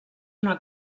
una